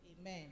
Amen